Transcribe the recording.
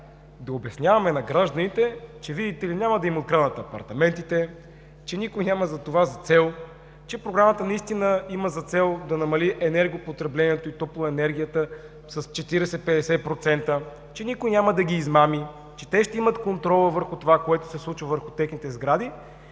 да обясняваме на гражданите, че, видите ли, няма да им откраднат апартаментите, че никой няма това за цел, че Програмата наистина има за цел да намали енергопотреблението и топлоенергията с 40-50%, че никой няма да ги измами, че те ще имат контрола върху това, което ще се случи върху техните сгради.